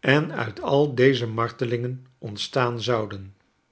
en uit al deze martelingen ontstaan zouden